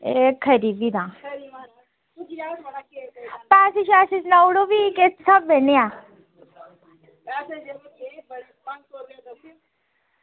एह् खरी भी तां पैसे सनाई ओड़ो भी किस स्हाबै कन्नेै ऐ